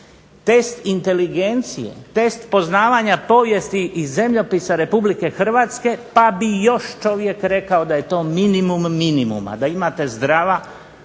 test inteligencije, test poznavanja povijesti i zemljopisa RH pa bi još čovjek rekao da je to minimum minimuma, da imate zdrava i